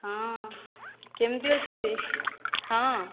ହଁ କେମିତି ଅଛନ୍ତି ହଁ